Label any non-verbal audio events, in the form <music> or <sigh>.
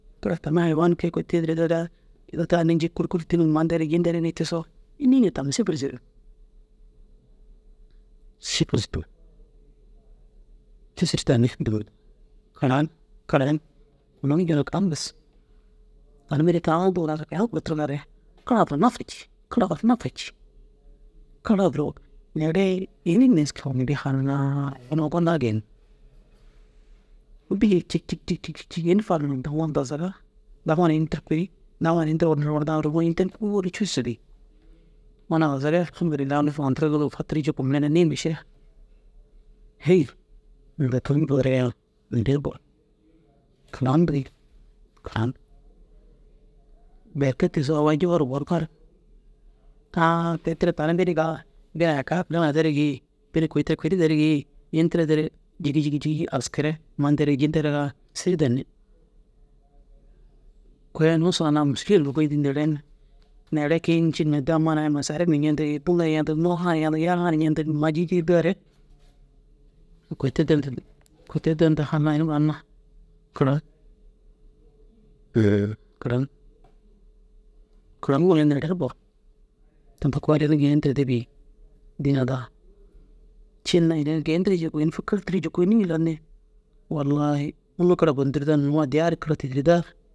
Kira tammi hayiwan kee kôi tee duro ri raa duro tigan njii kûrukuru tîniŋ ma nterig ji nterii ree tiisoo înnii na tammi sifir zêro. Te sîri danni dou ru kiran kiran kindugii geen kiran bes. Tani mêra taŋaa buu ginna ru au kurturuŋare kira duro nafa cii. Kira duro nafa cii. Kira duro nêerei ini nêski numa nêerei haaniŋaa ini gondaa geeniŋ. Bîg ai cîg cîg cîg cîg cîg cîg ini farima dagoo na dazaga dagoo na ini tira kuri dagoo na <unintelligible> kôoli cusu bêi. Unnu wuzare hamdûlilla unnu faampurde fatirii jikuu niima šee. Hêyi inda kiran ndoore ãã neere ru boru. Kiran dige kiran berke tiisoo au ai- i jufaruu boru fariŋ. Ãã te tira tani bini gaa bini aya kaa kôi ma na derigii. Bini kôi tira kuri derigii. Yin tira deere jîgii jîgii jîgii askire ma nterig ji nterigaa sîri danni. Kôi ai unnu usra naa mûsuliye numa goyindu dîruuren na neere kii nciŋa de amma naa- i masaarip ñentigii tûna ñentigii buŋaa ñentigii yaaŋaa ni ñentigi ma ji toore kurtidir ntirdi kurtidir ntu hanainum ron na kiran. <noise> Kiran kira nuŋore neere ru boru. Tinda koore ini geentirde bêyi Dînaa daa. Ciina ini geentirii jikuu ini fîkirtirii jikuu nîjillanii? Wallaahi unnu kira bôdunturdaa hinnoo nuŋu addiyaa ru kira tîdirdaa ru